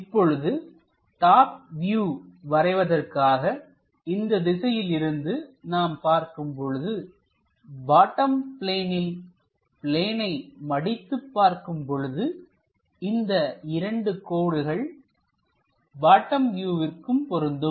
இப்பொழுது top view வரைவதற்காக இந்த திசையில் இருந்து நாம் பார்க்கும் பொழுது பாட்டம் பிளேனில் பிளேனை மடித்து பார்க்கும் பொழுதுஇந்தக் 2 கோடுகள் பாட்டம் வியூவிற்கும் பொருந்தும்